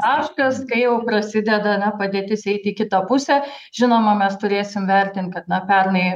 taškas kai jau prasideda na padėtis eiti į kitą pusę žinoma mes turėsim vertint kad na pernai